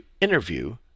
interview